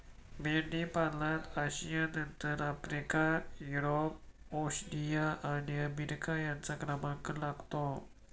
मेंढीपालनात आशियानंतर Africa, Europe, Oceania आणि अमेरिका यांचा क्रमांक लागतो